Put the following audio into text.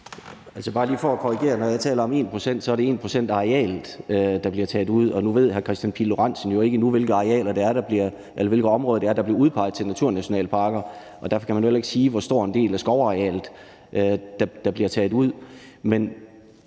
at det er 1 pct. af arealet, der bliver taget ud. Nu ved hr. Kristian Pihl Lorentzen jo ikke endnu, hvilke områder der bliver udpeget til naturnationalparker, og derfor kan man jo heller ikke sige, hvor stor en del af skovarealet der bliver taget ud.